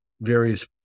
various